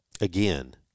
Again